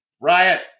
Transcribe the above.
riot